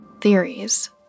Theories